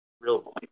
real